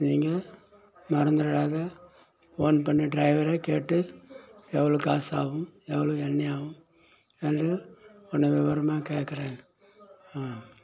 நீங்க மறந்துடாத ஃபோன் பண்ணி ட்ரைவரை கேட்டு எவ்வளோ காசு ஆகும் எவ்வளோ எண்ணெய் ஆகும் என்று உன்னை விவரமாக கேக்கிறேன்